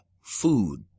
food